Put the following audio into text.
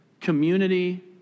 community